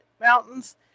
mountains